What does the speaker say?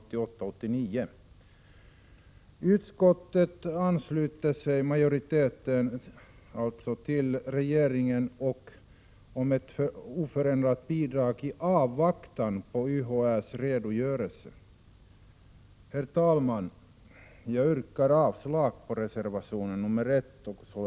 Utskottsmajoriteten ansluter sig till regeringens förslag om ett oförändrat bidrag i avvaktan på UHÄ:s redogörelse. Herr talman! Jag yrkar avslag på reservationerna 1 och 2.